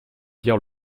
dire